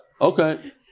okay